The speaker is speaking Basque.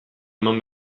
eman